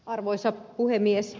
arvoisa puhemies